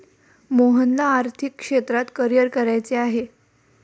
मोहनला आर्थिक क्षेत्रात करिअर करायचे आहे